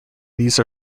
these